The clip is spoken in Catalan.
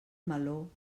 meló